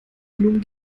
blumen